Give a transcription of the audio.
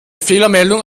fehlermeldung